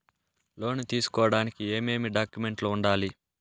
లోను తీసుకోడానికి ఏమేమి డాక్యుమెంట్లు ఉండాలి